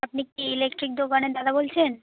আপনি কি ইলেকট্রিক দোকানের দাদা বলছেন